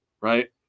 right